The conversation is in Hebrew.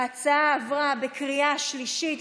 ההצעה עברה בקריאה שלישית,